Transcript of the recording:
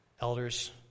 elders